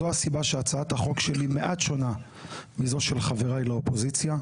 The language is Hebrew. זאת הסיבה שהצעת החוק שלי מעט שונה מזו של חבריי לאופוזיציה.